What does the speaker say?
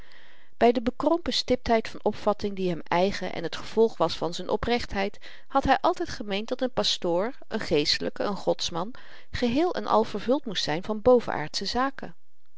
by de bekrompen stiptheid van opvatting die hem eigen en t gevolg was van z'n oprechtheid had hy altyd gemeend dat n pastoor n geestelyke n godsman geheel-en-al vervuld moest zyn van bovenaardsche zaken